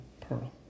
Pearl